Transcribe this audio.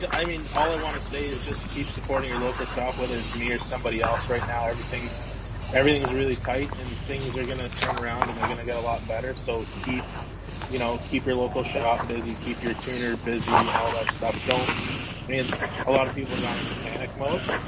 yeah i mean all i wanna say is just keep supporting your local shop whether it's me or somebody else. right now, everything's everything's really tight, and things are gonna turn around and they're gonna get a lot better. so, keep you know keep your local shop busy. keep your tuner busy. all that stuff. and a lot of people have gone into panic mode.